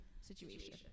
situation